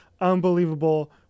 unbelievable